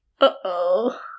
Uh-oh